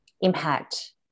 impact